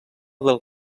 del